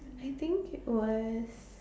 I think it was